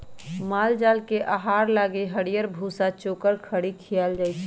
माल जाल के आहार लागी हरियरी, भूसा, चोकर, खरी खियाएल जाई छै